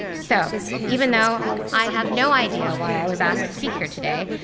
so even though i have no idea why i was asked to speak here today,